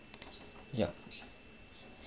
yup